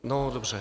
No dobře.